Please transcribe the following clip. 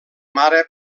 mare